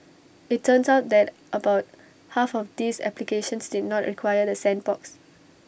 IT turns out that about half of these applications did not require the sandbox